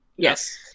Yes